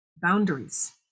boundaries